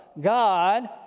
God